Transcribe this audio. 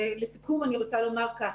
לסיכום, אני רוצה לומר כך.